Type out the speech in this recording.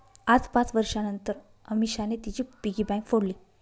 आज पाच वर्षांनतर अमीषाने तिची पिगी बँक फोडली